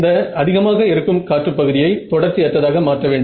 இந்த அதிகமாக இருக்கும் காற்று பகுதியை தொடர்ச்சி அற்றதாக மாற்ற வேண்டும்